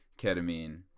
ketamine